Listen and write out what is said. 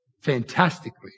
fantastically